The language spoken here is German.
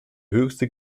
höchste